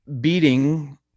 beating